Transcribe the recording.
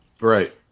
Right